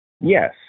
Yes